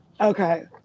Okay